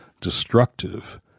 destructive